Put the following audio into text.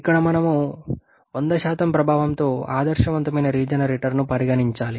ఇక్కడ మనం 100 ప్రభావంతో ఆదర్శవంతమైన రీజెనరేటర్ను పరిగణించాలి